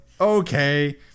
okay